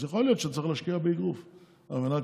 אז יכול להיות שצריך להשקיע באגרוף על מנת